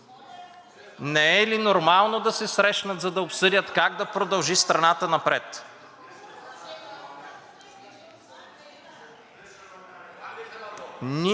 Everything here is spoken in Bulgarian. не е ли нормално да се срещнат, за да обсъдят как да продължи страната напред?